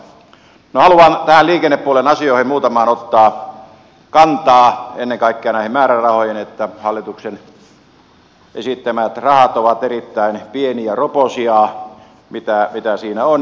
minä haluan liikennepuolen asioihin muutamaan ottaa kantaa ennen kaikkea näihin määrärahoihin että hallituksen esittämät rahat ovat erittäin pieniä roposia mitä siinä on